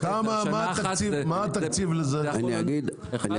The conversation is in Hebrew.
הממשלה, מה התקציב לזה בשנה?